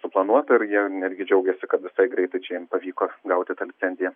suplanuota ir jie netgi džiaugiasi kad visai greitai čia jiem pavyko gauti tą licenciją